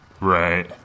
Right